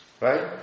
Right